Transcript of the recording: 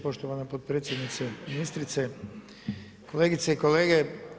Poštovana potpredsjednice ministrice, kolegice i kolege.